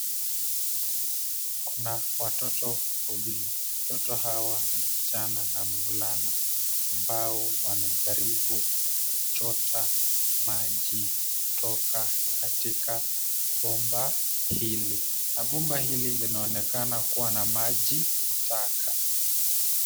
Kuna watoto wawili. Watoto hawa, msichana na mvulana ambao wanajaribu kuchota maji kutoka katika bomba hili na bomba hili linaoneakana kuwa na maji taka.